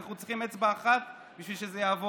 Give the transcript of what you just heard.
אנחנו צריכים אצבע אחת בשביל שזה יעבור.